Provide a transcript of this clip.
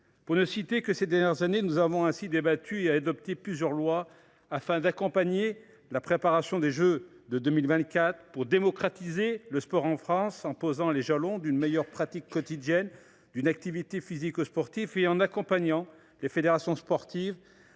pour ne parler que de ces dernières années, nous avons débattu et adopté plusieurs lois pour accompagner la préparation des jeux de 2024, pour démocratiser le sport en France, en posant les jalons d’une meilleure pratique quotidienne d’une activité physique ou sportive et en accompagnant les fédérations sportives